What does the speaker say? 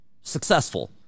successful